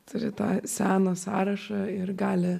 turi tą seną sąrašą ir gali